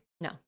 No